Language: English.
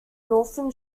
northern